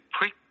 pre